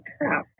crap